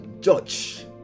judge